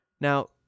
Now